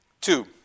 Two